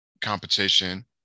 competition